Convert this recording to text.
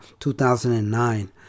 2009